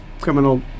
criminal